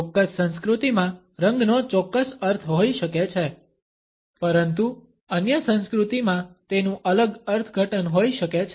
ચોક્કસ સંસ્કૃતિમાં રંગનો ચોક્કસ અર્થ હોઈ શકે છે પરંતુ અન્ય સંસ્કૃતિમાં તેનું અલગ અર્થઘટન હોઈ શકે છે